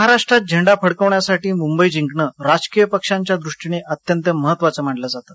महाराष्ट्र झेंडा फडकवण्यासाठी मुंबई जिंकणं राजकीय पक्षांच्या दृष्टीने अत्यंत महत्त्वाचं मानलं जातं